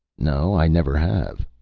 no, i never have.